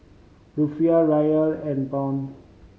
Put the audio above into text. Rufiyaa Riel and Pound